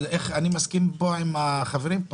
אני מסכים עם החברים,